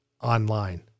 online